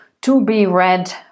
to-be-read